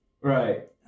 Right